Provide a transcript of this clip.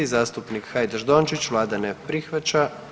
310. zastupnik Hajdaš Dončić, vlada ne prihvaća.